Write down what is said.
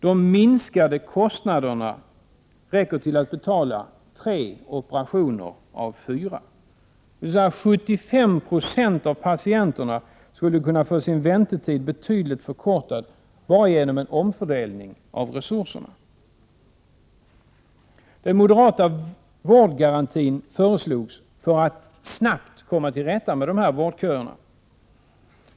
De minskade kostnaderna räcker till att betala tre operationer av fyra, dvs. 7596 av patienterna skulle kunna få sin väntetid betydligt förkortad bara genom en omfördelning av resurserna. Den moderata vårdgarantin föreslogs för att snabbt komma till rätta med vårdköerna.